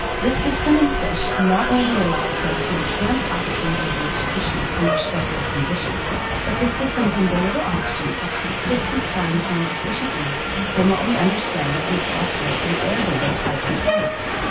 this system in fish not only allows them to enhance oxygen delivery to tissues under stressful conditions, but this system can deliver oxygen up to fifty times more efficiently than what we understand to be possible in air-breathers like ourselves.